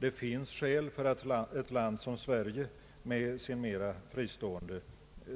Det finns skäl för att ett land som Sverige med sin mera fristående